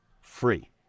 free